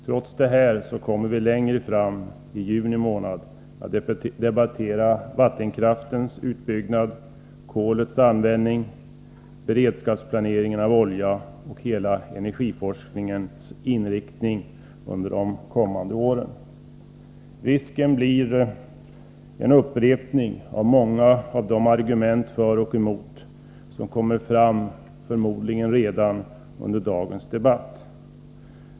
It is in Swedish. Trots detta kommer vi längre fram, i juni, att debattera vattenkraftens utbyggnad, kolets användning, beredskapsplaneringen för olja och hela energiforskningensinriktning under de kommande åren. Risken är att det blir en upprepning av många av de argument för och emot som kommer fram under dagens debatt.